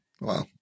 Wow